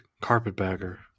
Carpetbagger